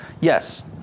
Yes